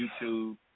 YouTube